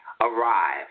arrive